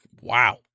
wow